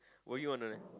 were you on the